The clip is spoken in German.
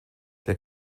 der